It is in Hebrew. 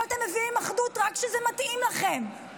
אבל אתם מביאים אחדות רק כשזה מתאים לכם.